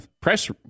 press